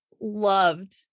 loved